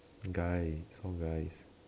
guy all guys